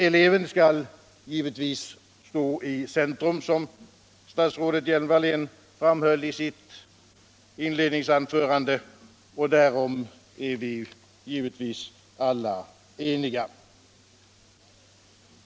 Eleven skall givetvis stå i centrum, som statsrådet Hjelm-Wallén framhöll i sitt inledningsanförande, och därom är vi givetvis alla eniga.